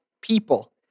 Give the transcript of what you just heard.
people